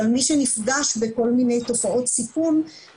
אבל מי שנפגש בכל מיני תופעות סיכון,